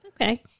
Okay